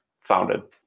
founded